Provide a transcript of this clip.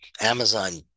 Amazon